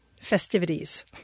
festivities